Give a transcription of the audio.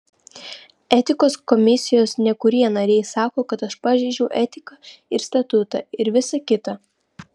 etikos komisijos nekurie nariai sako kad aš pažeidžiau etiką ir statutą ir visa kita